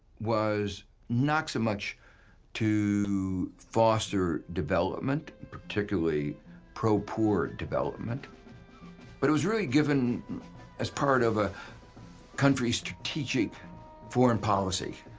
was not so much to foster development and particularly pro-poor development but it was really given as part of a country strategic foreign policy.